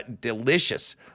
delicious